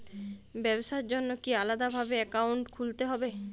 ব্যাবসার জন্য কি আলাদা ভাবে অ্যাকাউন্ট খুলতে হবে?